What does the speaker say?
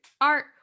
art